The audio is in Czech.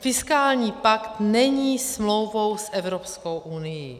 Fiskální pakt není smlouvou s Evropskou unií.